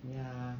ya